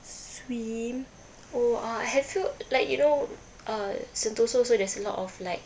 swim oh uh have you like you know uh sentosa also there's a lot of like